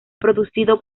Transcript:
producido